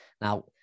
Now